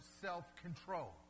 self-control